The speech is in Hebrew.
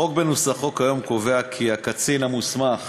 החוק בנוסחו כיום קובע כי הקצין המוסמך